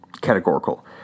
categorical